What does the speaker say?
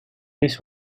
this